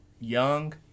Young